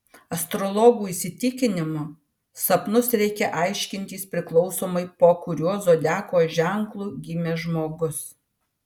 astrologų įsitikinimu sapnus reikia aiškintis priklausomai po kuriuo zodiako ženklu gimęs žmogus